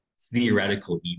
theoretical